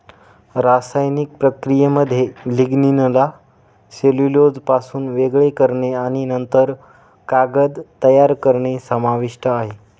रासायनिक प्रक्रियेमध्ये लिग्निनला सेल्युलोजपासून वेगळे करणे आणि नंतर कागद तयार करणे समाविष्ट आहे